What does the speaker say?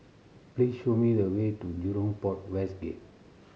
please show me the way to Jurong Port West Gate